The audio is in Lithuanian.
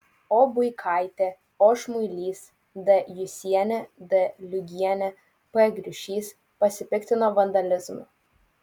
o buikaitė o šmuilys d jusienė d liugienė p griušys pasipiktino vandalizmu